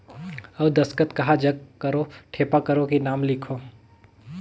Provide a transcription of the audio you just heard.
अउ दस्खत कहा जग करो ठेपा करो कि नाम लिखो?